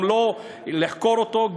גם לא לחקור אותו,